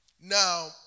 Now